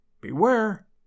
beware